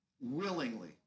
willingly